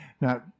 Now